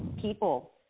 people